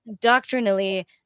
doctrinally